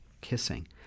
kissing